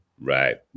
Right